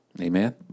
Amen